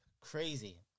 Crazy